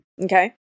Okay